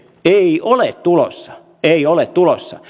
ei ole tulossa ei ole tulossa